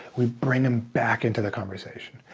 we bring em back into the conversation.